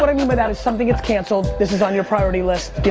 what i mean by that is something gets canceled, this is on your priority list, you